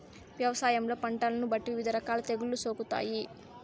వ్యవసాయంలో పంటలను బట్టి వివిధ రకాల తెగుళ్ళు సోకుతాయి